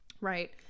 Right